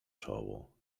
czoło